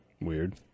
Weird